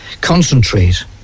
Concentrate